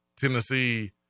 Tennessee